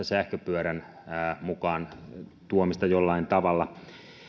sähköpyörän mukaan tuomista jollain tavalla